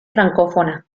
francófona